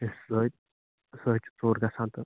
ہے سُہ حظ سُہ حظ چھُ ژوٚر گَژھان تتھ